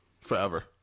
Forever